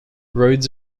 roads